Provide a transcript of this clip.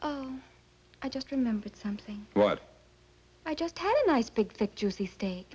it i just remembered something but i just had a nice big thick juicy steak